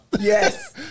Yes